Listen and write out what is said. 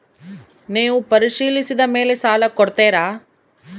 ನೇವು ಪರಿಶೇಲಿಸಿದ ಮೇಲೆ ಸಾಲ ಕೊಡ್ತೇರಾ?